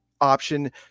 option